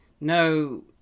No